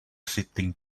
sitting